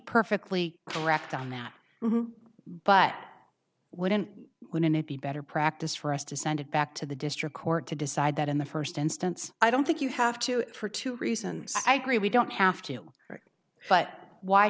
perfectly correct on that but wouldn't wouldn't it be better practice for us to send it back to the district court to decide that in the first instance i don't think you have to for two reasons i agree we don't have to but why